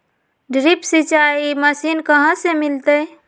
Drip सिंचाई machine कहाँ से मिलतै?